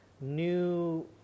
new